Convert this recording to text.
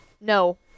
No